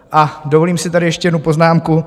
A dovolím si tady ještě jednu poznámku.